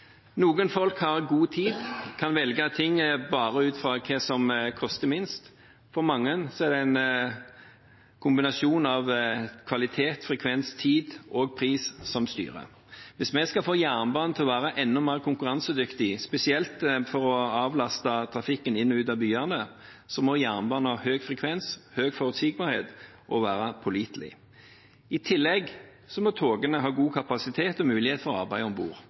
Noen folk har god tid og kan velge ut fra hva som koster minst. For mange er det en kombinasjon av kvalitet, frekvens, tid og pris som styrer. Hvis vi skal få jernbanen til å være enda mer konkurransedyktig, spesielt for å avlaste trafikken inn og ut av byene, må jernbanen ha høy frekvens, stor forutsigbarhet og være pålitelig. I tillegg må togene ha god kapasitet og ha mulighet for å arbeide om bord.